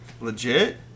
legit